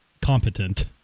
competent